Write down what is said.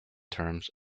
terms